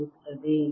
ನೀಡುತ್ತದೆ